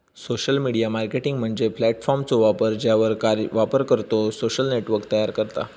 social media marketing म्हणजे प्लॅटफॉर्मचो वापर ज्यावर वापरकर्तो सोशल नेटवर्क तयार करता